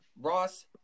Ross